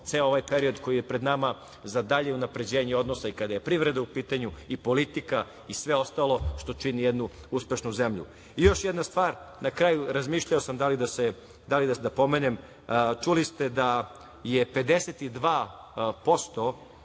ceo ovaj period koji je pred nama za dalje unapređenje i odnosa i kada je i privreda u pitanju i politika i sve ostalo što čini jednu uspešnu zemlju. Još jedna stvar na kraju, razmišljao sam da li da pomenem, čuli ste da je 52%